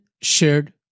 shared